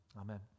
Amen